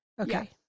Okay